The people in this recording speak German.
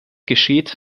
geschieht